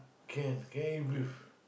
can can eat beef